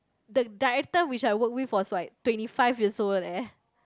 the director which I work with for is like twenty five years old leh